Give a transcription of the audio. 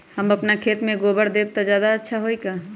हम अपना खेत में गोबर देब त ज्यादा अच्छा होई का?